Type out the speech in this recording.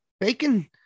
bacon